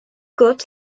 gôt